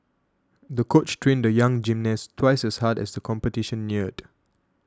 the coach trained the young gymnast twice as hard as the competition neared